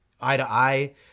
eye-to-eye